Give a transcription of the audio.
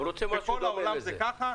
בכל העולם זה ככה.